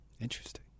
Interesting